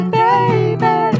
baby